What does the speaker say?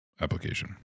application